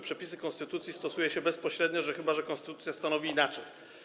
Przepisy konstytucji stosuje się bezpośrednio, chyba że konstytucja stanowi inaczej.